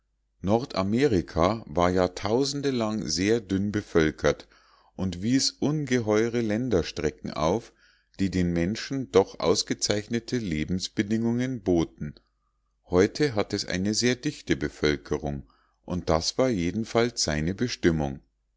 nordamerika war jahrtausende lang sehr dünn bevölkert und wies ungeheure unbewohnte länderstrecken auf die den menschen doch ausgezeichnete lebensbedingungen boten heute hat es eine sehr dichte bevölkerung und das war jedenfalls seine bestimmung